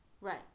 Right